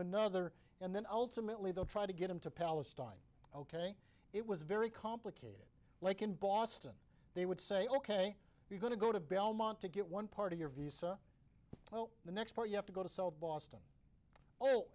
another and then ultimately they'll try to get into palestine ok it was very complicated like in boston they would say ok we're going to go to belmont to get one part of your visa well the next port you have to go to boston oh